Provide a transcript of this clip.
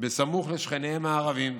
סמוך לשכנים הערבים.